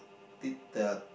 did the